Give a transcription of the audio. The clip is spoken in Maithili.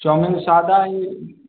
चाउमीन सादा ई